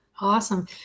Awesome